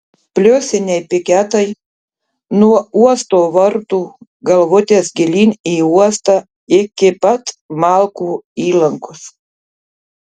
pliusiniai piketai nuo uosto vartų galvutės gilyn į uostą iki pat malkų įlankos